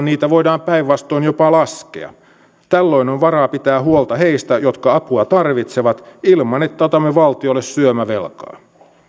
niitä voidaan päinvastoin jopa laskea tällöin on varaa pitää huolta heistä jotka apua tarvitsevat ilman että otamme valtiolle syömävelkaa